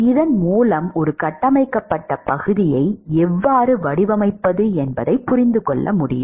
இதன் மூலம் ஒரு கட்டமைக்கப்பட்ட பகுதியை எவ்வாறு வடிவமைப்பது என்பதைப் புரிந்து கொள்ள முடியும்